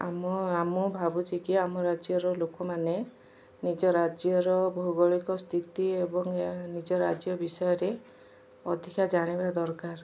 ଆମ ଆମ ଭାବୁଛ କି ଆମ ରାଜ୍ୟର ଲୋକମାନେ ନିଜ ରାଜ୍ୟର ଭୌଗୋଳିକ ସ୍ଥିତି ଏବଂ ଏହା ନିଜ ରାଜ୍ୟ ବିଷୟରେ ଅଧିକା ଜାଣିବା ଦରକାର